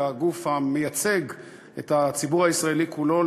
כגוף המייצג את הציבור הישראלי כולו,